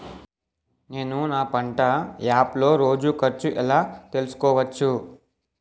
నేను నా పంట యాప్ లో రోజు ఖర్చు ఎలా తెల్సుకోవచ్చు?